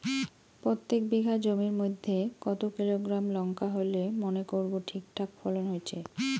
প্রত্যেক বিঘা জমির মইধ্যে কতো কিলোগ্রাম লঙ্কা হইলে মনে করব ঠিকঠাক ফলন হইছে?